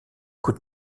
coups